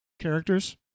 characters